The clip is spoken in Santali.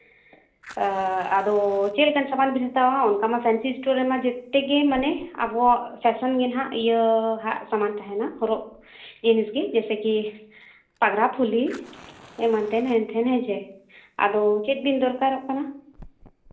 ᱚᱸᱻ ᱟᱫᱚ ᱪᱮᱫ ᱞᱮᱠᱟᱱ ᱥᱟᱢᱟᱱ ᱵᱮᱱ ᱦᱟᱛᱟᱣᱟ ᱦᱮᱸ ᱚᱱᱠᱟ ᱢᱟ ᱥᱴᱳᱨ ᱨᱮᱢᱟ ᱡᱮᱛᱮ ᱜᱮ ᱢᱟᱱᱮ ᱟᱵᱚ ᱯᱷᱮᱥᱮᱱ ᱜᱮ ᱱᱟᱦᱟᱸᱜ ᱤᱭᱟᱹ ᱦᱟᱸᱜ ᱥᱟᱢᱟᱱ ᱛᱟᱦᱮᱱᱟ ᱦᱚᱨᱚᱜ ᱡᱤᱱᱤᱥ ᱜᱮ ᱡᱮᱭᱥᱮ ᱠᱤ ᱯᱟᱜᱽᱨᱟ ᱯᱷᱩᱞᱤ ᱮᱢᱟᱱ ᱛᱮᱱ ᱦᱮᱱ ᱛᱮᱱ ᱦᱮᱸ ᱥᱮ ᱟᱫᱚ ᱪᱮᱫ ᱵᱤᱱ ᱫᱚᱨᱠᱟᱨᱚᱜ ᱠᱟᱱᱟ